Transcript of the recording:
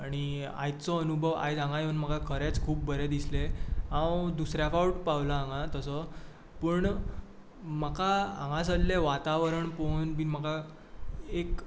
आनी आयचो अनुभव आयज हांगा येवन म्हाका खरेंच खूब बरें दिसलें हांव दुसऱ्या फावट पावला हांगां तसो पूण म्हाका हांगा सरलें वातावरण पळोवन बीन म्हाका एक